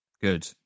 Good